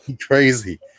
Crazy